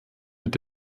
mit